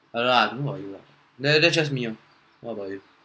I don't know I don't know about you lah that's that just me ah what about you